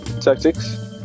tactics